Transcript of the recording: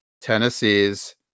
Tennessee's